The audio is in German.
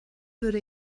würde